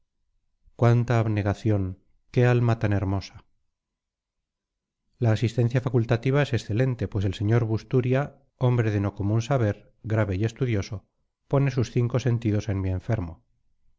cuánta abnegación qué alma tan hermosa la asistencia facultativa es excelente pues el sr busturia hombre de no común saber grave y estudioso pone sus cinco sentidos en mi enfermo